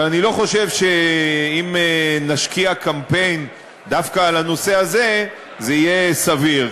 אבל אני לא חושב שאם נשיק קמפיין דווקא על הנושא הזה זה יהיה סביר,